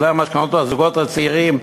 הזוגות הצעירים,